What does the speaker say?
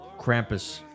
Krampus